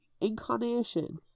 incarnation